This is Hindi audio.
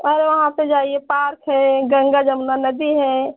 अरे वहाँ पर जाइए पार्क है गंगा जमुना नदी है